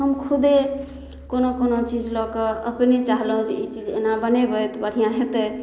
हम खुदे कोनो कोनो चीज लऽ कऽ अपने चहलहुॅं जे एना बनेबै तऽ बढ़िऑं हेतै